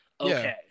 okay